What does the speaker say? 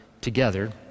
together